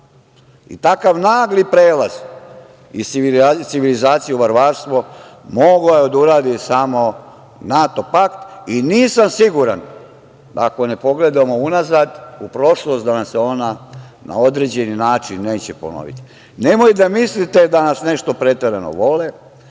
i takav nagli prelaz iz civilizacije u varvarstvo, mogao je da uradi samo NATO pakt. Nisam siguran, da ako ne pogledamo unazad u prošlost, da nam se ona na određeni način neće ponoviti. Nemoj da mislite da nas nešto preterano vole,